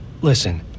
Listen